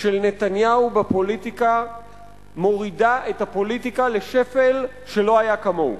של נתניהו בפוליטיקה מורידה את הפוליטיקה לשפל שלא היה כמוהו.